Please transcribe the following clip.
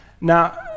Now